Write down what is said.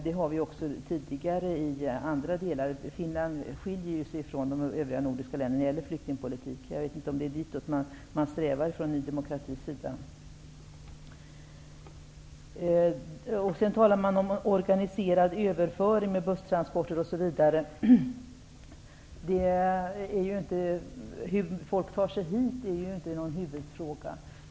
Det har vi också haft tidigare i andra delar. Finland skiljer sig från de övriga nordiska länderna när det gäller flyktingpolitiken. Jag vet inte om det är ditåt man strävar från Ny demokratis sida. Sedan talas det om organiserad överföring med busstransporter osv. Hur folk tar sig hit är ju inte någon huvudfråga.